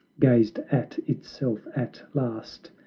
gazed at itself at last,